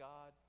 God